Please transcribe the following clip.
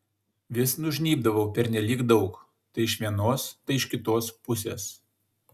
vis nužnybdavau pernelyg daug tai iš vienos tai iš kitos pusės